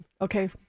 Okay